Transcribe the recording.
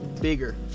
bigger